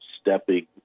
stepping